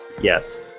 Yes